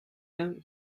them